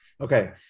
okay